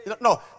No